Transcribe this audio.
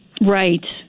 Right